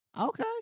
Okay